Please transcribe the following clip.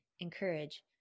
encourage